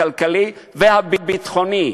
הכלכלי והביטחוני,